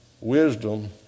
wisdom